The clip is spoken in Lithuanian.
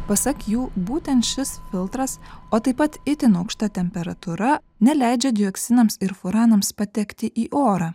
pasak jų būtent šis filtras o taip pat itin aukšta temperatūra neleidžia dioksinams ir furanams patekti į orą